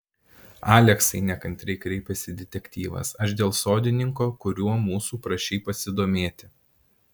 aleksai nekantriai kreipėsi detektyvas aš dėl sodininko kuriuo mūsų prašei pasidomėti